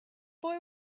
boy